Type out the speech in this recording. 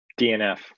DNF